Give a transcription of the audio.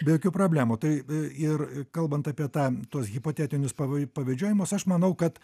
be jokių problemų tai ir kalbant apie tą tuos hipotetinius pavi pavedžiojimas aš manau kad